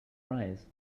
arise